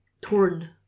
torn